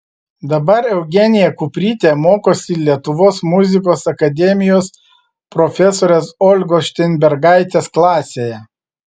dabar eugenija kuprytė mokosi lietuvos muzikos akademijos profesorės olgos šteinbergaitės klasėje